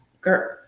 Girl